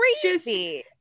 crazy